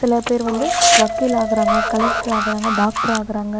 சிலபேர் வந்து வக்கீல் ஆகுறாங்க கலெக்ட்ரு ஆகுறாங்க டாக்ட்ரு ஆகுறாங்க